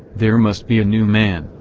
there must be a new man,